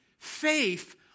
faith